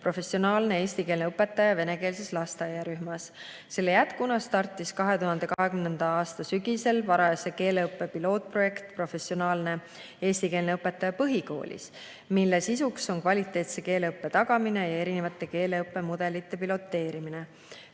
"Professionaalne eestikeelne õpetaja [vene õppekeelega rühmas]". Selle jätkuna startis 2020. aasta sügisel varajase keeleõppe pilootprojekt "Professionaalne eestikeelne õpetaja põhikoolis", mille sisuks on kvaliteetse keeleõppe tagamine ja erinevate keeleõppemudelite piloteerimine.